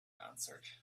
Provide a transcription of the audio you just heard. answered